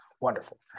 Wonderful